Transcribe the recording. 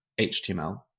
HTML